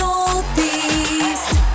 Northeast